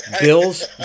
Bills